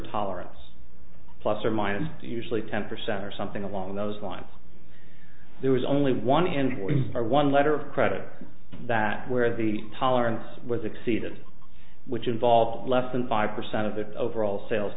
tolerance plus or minus two usually ten percent or something along those lines there is only one and we are one letter of credit that where the tolerance was exceeded which involved less than five percent of the overall sales